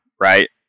right